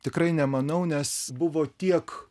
tikrai nemanau nes buvo tiek